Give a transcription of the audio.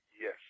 Yes